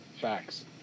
Facts